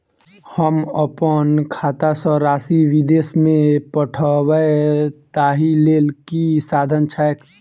हम अप्पन खाता सँ राशि विदेश मे पठवै ताहि लेल की साधन छैक?